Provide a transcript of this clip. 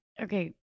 okay